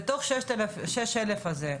בתוך 6,000 האלה,